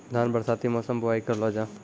धान बरसाती मौसम बुवाई करलो जा?